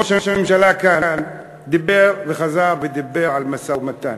ראש הממשלה כאן דיבר וחזר ודיבר על משא-ומתן,